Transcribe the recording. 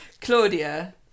Claudia